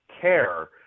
care